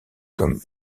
comme